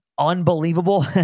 unbelievable